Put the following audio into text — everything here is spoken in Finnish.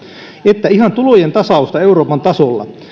että ihan tulojen tasausta euroopan tasolla